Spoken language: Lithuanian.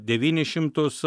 devynis šimtus